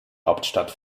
hauptstadt